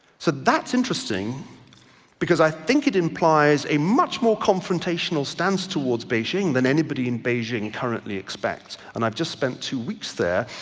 so that's interesting because i think it implies a much more confrontational stance towards beijing than anybody in beijing currently expects, and i've just spent two weeks there.